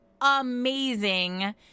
amazing